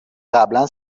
قبلا